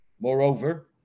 Moreover